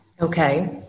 Okay